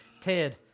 Ted